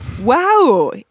Wow